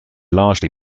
largely